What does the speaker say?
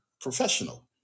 professional